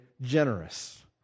generous